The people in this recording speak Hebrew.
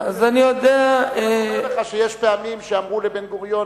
יודע אני אומר לך שיש פעמים שאמרו לבן-גוריון,